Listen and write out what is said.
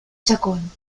chacón